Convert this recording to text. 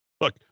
Look